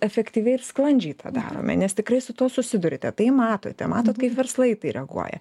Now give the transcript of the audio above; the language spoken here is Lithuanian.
efektyviai ir sklandžiai tą darome nes tikrai su tuo susiduriate tai matote matot kaip verslai į tai reaguoja